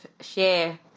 share